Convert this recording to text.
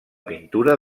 pintura